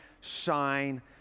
shine